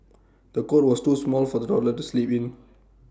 the cot was too small for the toddler to sleep in